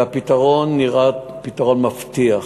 והפתרון נראה פתרון מבטיח.